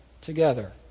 together